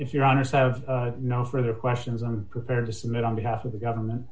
if you're honest i have no further questions i'm prepared to submit on behalf of the government